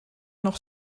nog